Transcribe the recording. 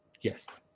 Yes